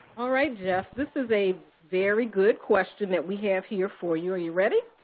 all right, jeff. this is a very good question that we have here for you. are you ready?